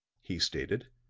he stated.